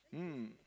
mm